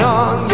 on